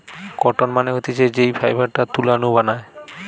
cotton মানে হতিছে যেই ফাইবারটা তুলা নু বানায়